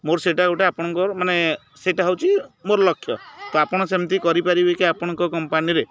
ମୋର ସେଇଟା ଗୋଟେ ଆପଣଙ୍କର ମାନେ ସେଇଟା ହେଉଛି ମୋର ଲକ୍ଷ୍ୟ ତ ଆପଣ ସେମିତି କରିପାରିବେ କି ଆପଣଙ୍କ କମ୍ପାନୀରେ